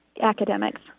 academics